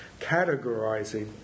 categorizing